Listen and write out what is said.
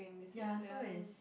ya so is